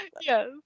Yes